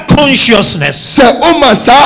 consciousness